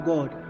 God